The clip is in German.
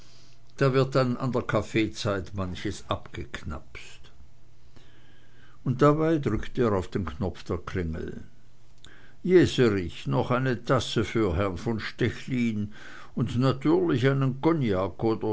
da wird dann der kaffeezeit manches abgeknapst und dabei drückte er auf den knopf der klingel jeserich noch eine tasse für herrn von stechlin und natürlich einen